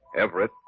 Everett